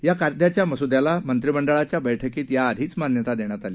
या कायद्याच्या मसुद्याला मंत्रिमंडळाच्या बैठकीत याआधिच मान्यता देण्यात आली